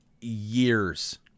years